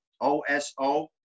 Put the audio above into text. O-S-O